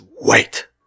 wait